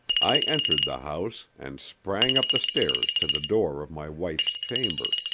i entered the house and sprang up the stairs to the door of my wife's chamber.